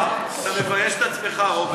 אתה מבייש את עצמך, רוברט.